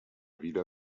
wieder